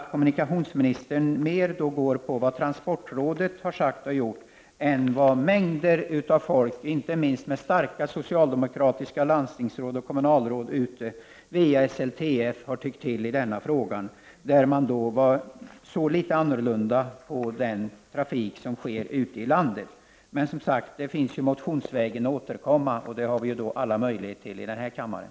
Kommunikationsministern har sålunda mera gått på vad transportrådet har sagt och gjort än vad mängder av folk, inte minst starka socialdemokratiska landstingsråd och kommunalråd via SLTF har tyckt i denna fråga där de har sett litet annorlunda på den trafik som sker ute i landet. Vi kan dock återkomma motionsvägen, det har vi alla möjlighet till i den här kammaren.